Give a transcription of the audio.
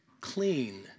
clean